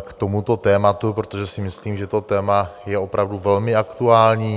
k tomuto tématu, protože si myslím, že to téma je opravdu velmi aktuální.